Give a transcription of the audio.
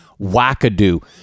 wackadoo